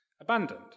abandoned